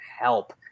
help